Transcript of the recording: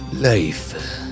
life